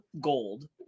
gold